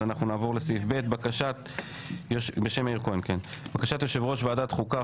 הסעיף הוא בקשת יושב-ראש ועדת החוקה,